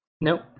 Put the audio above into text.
Nope